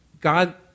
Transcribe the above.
God